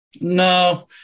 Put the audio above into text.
No